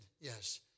Yes